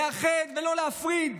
לאחד ולא להפריד.